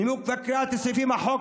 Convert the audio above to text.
נימוק וקריאת סעיפי החוק,